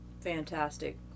fantastic